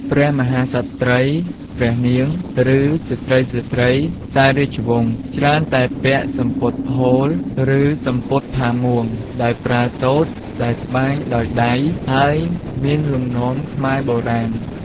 ព្រះមហាក្សត្រី ព្រះនាង ឬ ស្ត្រីៗខ្សែរាជវង្សច្រើនតែពាក់សំពត់ហូល ឬ សំពត់ផាមួង ដោយប្រើសូត្រដែលត្បាញដោយដៃ ហើយមានលំនាំខ្មែរបុរាណ។